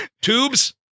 tubes